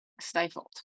stifled